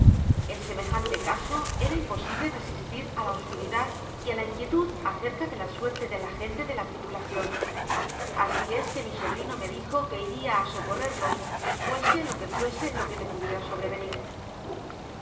en semejante caso era imposible resistir á la oscuridad y á la inquietud acerca de la suerte de la gente de la tripulacion asi es que mi sobrino me dijo que iria á socorrerlos fuese lo que fuese lo que le pudiera sobrevenir